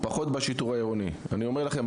פחות בשיטור העירוני אני אומר לכם,